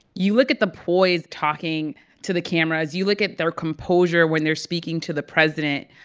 you look at the poise talking to the cameras, you look at their composure when they're speaking to the president,